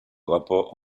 rapports